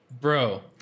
Bro